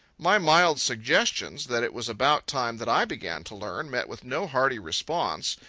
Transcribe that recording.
my mild suggestions that it was about time that i began to learn, met with no hearty response,